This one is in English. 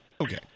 okay